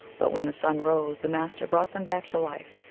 but when the sun rose the master brought them back to life,